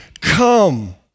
come